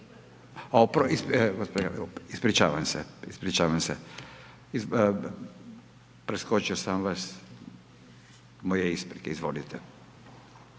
Glavak, ispričavam se. Preskočio sam vas, moje isprike, izvolite.